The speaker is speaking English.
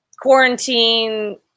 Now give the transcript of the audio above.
quarantine